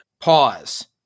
Pause